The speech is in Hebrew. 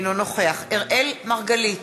אינו נוכח אראל מרגלית,